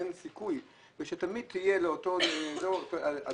אין סיכוי שתהיה עדיפות.